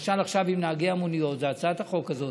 למשל עכשיו עם נהגי המוניות, זו הצעת החוק הזאת,